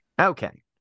Okay